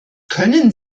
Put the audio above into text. können